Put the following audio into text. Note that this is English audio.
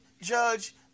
Judge